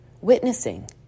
witnessing